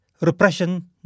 repression